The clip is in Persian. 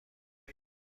کنم